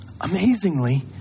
Amazingly